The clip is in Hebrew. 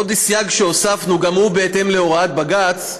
עוד סייג שהוספנו, גם הוא בהתאם להוראת בג"ץ,